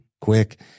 quick